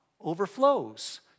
overflows